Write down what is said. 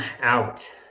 out